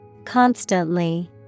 Constantly